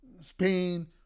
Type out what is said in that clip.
Spain